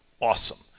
awesome